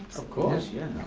of course. yeah